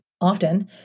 often